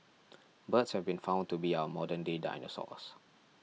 birds have been found to be our modern day dinosaurs